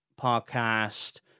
podcast